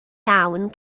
iawn